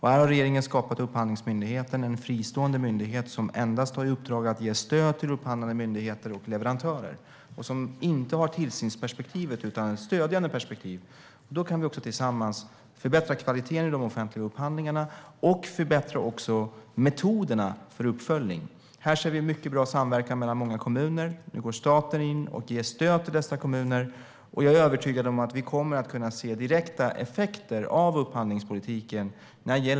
Här har regeringen skapat Upphandlingsmyndigheten, en fristående myndighet som endast har i uppdrag att ge stöd till upphandlande myndigheter och leverantörer. Det är inte fråga om ett tillsynsperspektiv utan om ett stödjande perspektiv. Då kan vi tillsammans förbättra kvaliteten i de offentliga upphandlingarna och förbättra metoderna för uppföljning. Här ser vi mycket bra samverkan mellan många kommuner. Nu går staten in och ger stöd till dessa kommuner. Jag är övertygad om att vi kommer att se direkta effekter av upphandlingspolitiken.